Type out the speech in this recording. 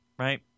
Right